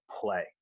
play